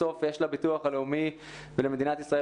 בסוף יש לביטוח הלאומי ולמדינת ישראל